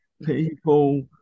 people